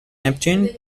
neptune